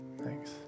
Thanks